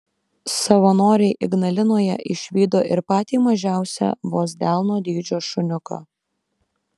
savanoriai ignalinoje išvydo ir patį mažiausią vos delno dydžio šuniuką